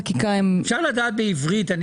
אפשר לדעת בעברית כמה זמן?